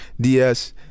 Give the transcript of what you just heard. DS